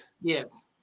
Yes